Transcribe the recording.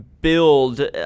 build